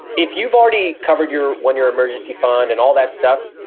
if you've already covered your one-year emergency fund and all that stuff,